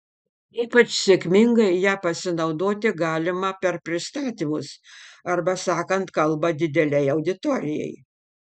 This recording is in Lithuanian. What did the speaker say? ypač sėkmingai ja pasinaudoti galima per pristatymus arba sakant kalbą didelei auditorijai